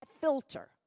filter